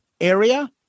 area